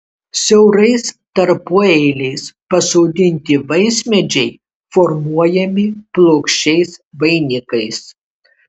siaurais tarpueiliais pasodinti vaismedžiai formuojami plokščiais vainikais